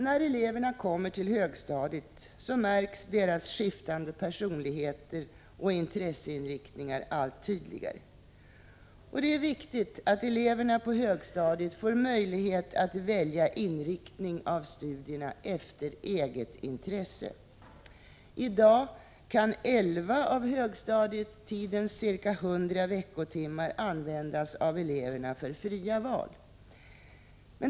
När eleverna kommer till högstadiet märks deras skiftande personligheter och intresseinriktningar' allt tydligare. Det är viktigt att eleverna på högstadiet får möjlighet att välja inriktning av studierna efter eget intresse. I dag kan 11 av högstadietidens ca 100 veckotimmar användas av eleverna för fria val.